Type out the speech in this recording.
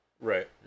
Right